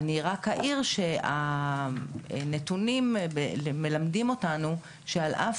אני רק אעיר שהנתונים מלמדים אותנו שעל אף